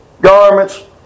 garments